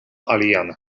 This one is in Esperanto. alian